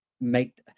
make –